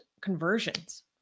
conversions